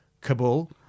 Kabul